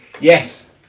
yes